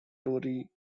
tory